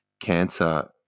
cancer